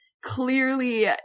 clearly